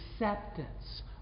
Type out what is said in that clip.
acceptance